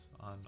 on